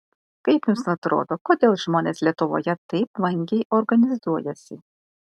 kaip jums atrodo kodėl žmonės lietuvoje taip vangiai organizuojasi